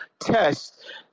test